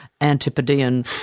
antipodean